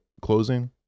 closing